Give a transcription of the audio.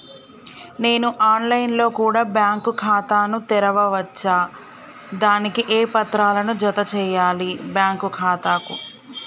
నేను online లో కూడా బ్యాంకు ఖాతా ను తెరవ వచ్చా? దానికి ఏ పత్రాలను జత చేయాలి బ్యాంకు ఖాతాకు?